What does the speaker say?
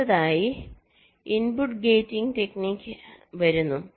അടുത്തതായി input gating technique വരുന്നു